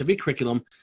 Curriculum